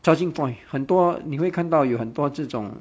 charging point 很多你会看到有很多这种